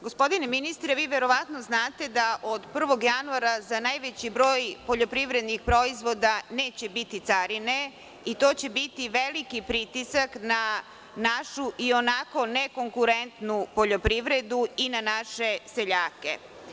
Gospodine ministre, verovatno znate da od 1. januara za najveći broj poljoprivrednih proizvoda neće biti carine i to će biti veliki pritisak na našu ionako nekonkurentnu poljoprivredu i naše seljake.